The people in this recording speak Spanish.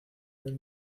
del